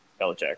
Belichick